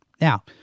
Now